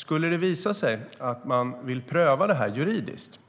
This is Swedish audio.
Skulle det visa sig att man vill pröva juridiskt